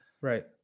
Right